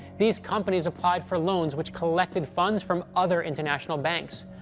these companies applied for loans, which collected funds from other international banks.